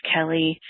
Kelly